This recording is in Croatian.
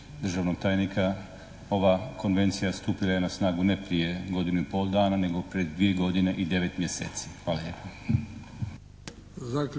državnog tajnika. Ova Konvencija stupila je na snagu ne prije godinu i pol dana nego prije dvije godine i 9 mjeseci. Hvala